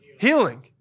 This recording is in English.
Healing